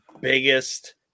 biggest